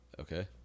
Okay